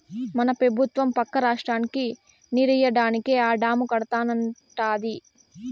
మన పెబుత్వం పక్క రాష్ట్రానికి నీరియ్యడానికే ఆ డాము కడతానంటాంది